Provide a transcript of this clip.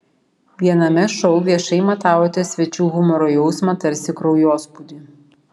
viename šou viešai matavote svečių humoro jausmą tarsi kraujospūdį